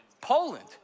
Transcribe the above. Poland